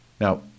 Now